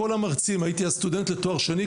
הייתי אז סטודנט לתואר שני,